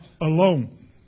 alone